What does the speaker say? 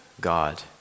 God